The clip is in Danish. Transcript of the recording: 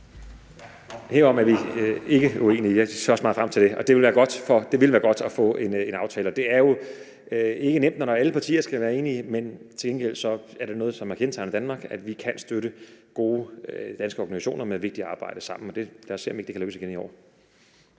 … om, at vi ikke er uenige. Jeg ser også meget frem til det. Det ville være godt at få en aftale. Det er jo ikke nemt, når alle partier skal være enige, men til gengæld er det noget, som har kendetegnet Danmark, at vi kan støtte gode danske organisationer, der gør et vigtigt arbejde, og lad os se, om ikke det kan lykkes igen i år.